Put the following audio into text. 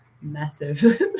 massive